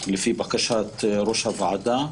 לפי בקשת ראש הוועדה.